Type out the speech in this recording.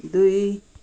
दुई